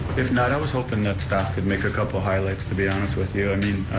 if not, i was hoping that staff could make a couple highlights, to be honest with you. i mean,